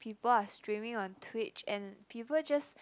people are streaming on Twitch and people just